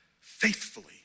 faithfully